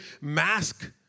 mask